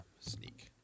sneak